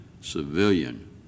civilian